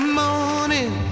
morning